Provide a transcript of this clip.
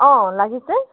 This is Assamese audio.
অঁ লাগিছে